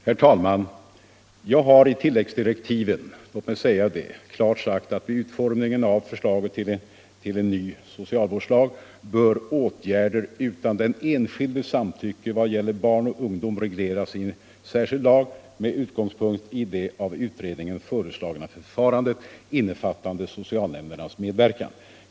Herr talman! Jag har i tilläggsdirektiven klart sagt att vid utformningen av förslaget till en ny socialvårdslag bör åtgärder utan den enskildes samtycke i vad gäller barn och ungdom regleras i en särskild Jag med utgångspunkt i det av utredningen föreslagna förfarandet, innefattande socialnämndernas medverkan.